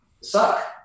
suck